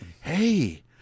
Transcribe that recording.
hey